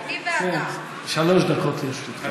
שלוש דקות לרשותך.